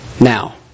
Now